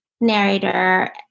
narrator